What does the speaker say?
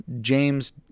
James